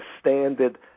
standard